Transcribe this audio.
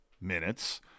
minutes